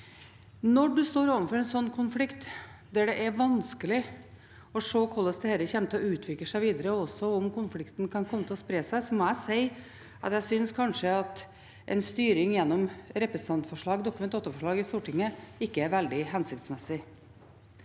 Når en står overfor en slik konflikt, der det er vanskelig å se hvordan dette kommer til å utvikle seg videre, og også om konflikten kan komme til å spre seg, må jeg si at jeg kanskje synes at en styring gjennom representantforslag, Dokument 8forslag, i Stortinget, ikke er veldig hensiktsmessig.